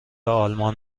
آلمان